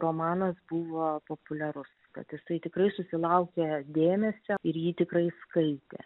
romanas buvo populiarus kad jisai tikrai susilaukė dėmesio ir jį tikrai skaitė